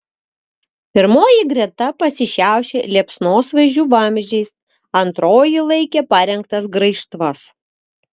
pirmoji greta pasišiaušė liepsnosvaidžių vamzdžiais antroji laikė parengtas graižtvas